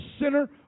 sinner